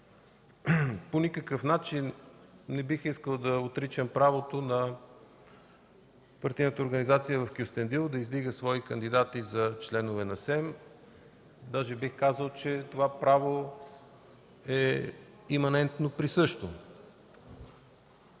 По никакъв начин не бих искал да отричам правото на партийната организация в Кюстендил да издига свои кандидати за членове на СЕМ, даже бих казал, че това право е иманентно присъщо.